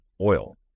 oil